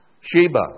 Sheba